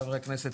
חבר הכנסת,